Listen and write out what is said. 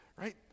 Right